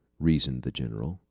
reasoned the general.